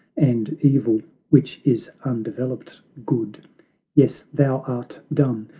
and evil, which is undeveloped good yes, thou art dumb,